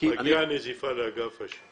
מגיעה נזיפה לאגף השיקום.